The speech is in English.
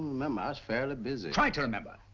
remember, i was fairly busy. try to remember!